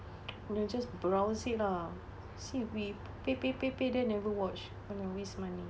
you know just browse it lah see we pay pay pay pay then never watch !aiya! waste money